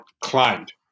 climbed